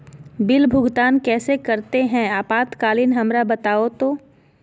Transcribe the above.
Bill भुगतान कैसे करते हैं आपातकालीन हमरा बताओ तो?